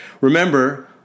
Remember